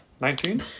Nineteen